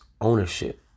ownership